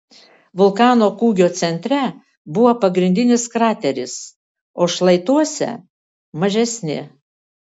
vulkano kūgio centre buvo pagrindinis krateris o šlaituose mažesni